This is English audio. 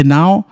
Now